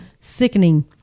sickening